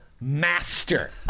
master